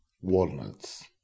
walnuts